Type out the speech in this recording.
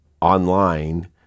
online